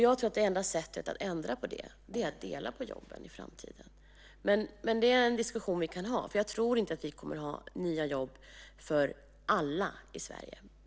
Jag tror att det enda sättet att ändra på det är att dela på jobben i framtiden. Det är en diskussion vi kan föra. Jag tror inte att vi kommer att ha nya jobb för alla i Sverige.